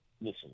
listen